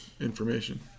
information